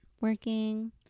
working